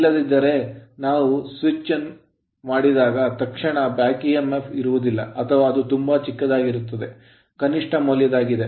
ಇಲ್ಲದಿದ್ದರೆ ನಾವು switch on ಮಾಡಿದ ತಕ್ಷಣ back emf ಬ್ಯಾಕ್ ಇಎಂಎಫ್ ಇರುವುದಿಲ್ಲ ಅಥವಾ ಅದು ತುಂಬಾ ಚಿಕ್ಕದಾಗಿರುತ್ತದೆ ಕನಿಷ್ಠ ಮೌಲ್ಯವಾಗಿದೆ